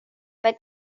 but